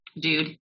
Dude